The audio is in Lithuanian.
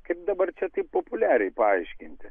kaip dabar čia taip populiariai paaiškinti